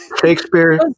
Shakespeare